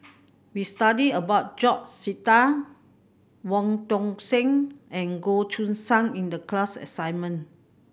we studied about George Sita Wong Tuang Seng and Goh Choo San in the class assignment